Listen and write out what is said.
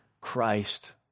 Christ